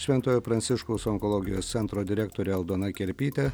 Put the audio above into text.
šventojo pranciškaus onkologijos centro direktorė aldona kerpytė